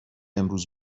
امروز